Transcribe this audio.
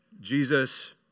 Jesus